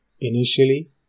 Initially